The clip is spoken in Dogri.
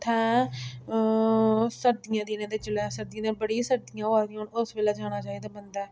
उत्थै सर्दियें दिनें ते जेल्लै सर्दियें दिनें बड़ी सर्दियां होआ दियां होन उस बेल्लै जाना चाहिदा बंदै